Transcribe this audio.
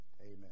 Amen